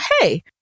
hey